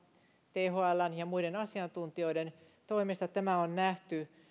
thln ja muiden asiantuntijoiden toimesta tämä on nähty